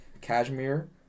cashmere